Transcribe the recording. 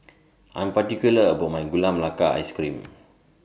I'm particular about My Gula Melaka Ice Cream